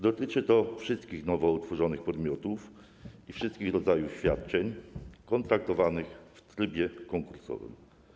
Dotyczy to wszystkich nowo utworzonych podmiotów i wszystkich rodzajów świadczeń kontraktowanych w trybie konkursowym.